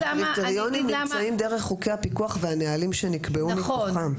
הקריטריונים נמצאים דרך חוקי הפיקוח והנהלים שנקבעו מכוחם.